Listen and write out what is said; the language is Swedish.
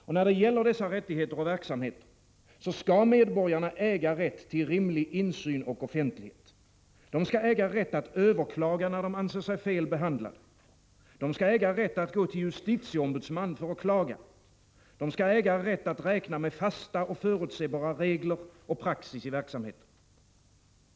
Och när det gäller dessa rättigheter och verksamheter skall medborgarna äga rätt till rimlig insyn och offentlighet. De skall äga rätt att överklaga när de anser sig fel behandlade, rätt att gå till justitieombudsman för att klaga, rätt att räkna med fasta och förutsebara regler och praxis i verksamheten.